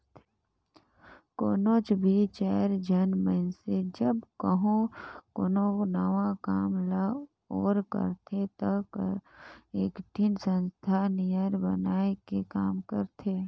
कोनोच भी चाएर झन मइनसे जब कहों कोनो नावा काम ल ओर करथे ता एकठिन संस्था नियर बनाए के काम करथें